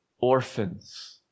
orphans